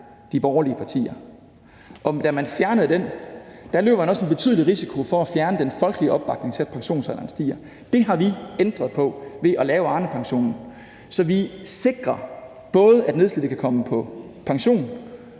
de borgerlige partier, og da man fjernede den, løb man også en betydelig risiko for at fjerne den folkelige opbakning til, at pensionsalderen stiger. Det har vi ændret på ved at lave Arnepensionen, så vi både sikrer, at nedslidte kan komme på pension,